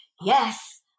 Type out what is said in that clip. yes